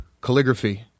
calligraphy